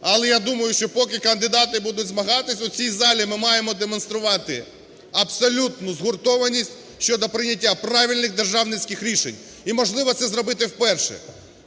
але, думаю, що поки кандидати будуть змагатися у цій залі, ми маємо демонструвати абсолютну згуртованість щодо прийняття правильних державницьких рішень і можливо це зробити вперше.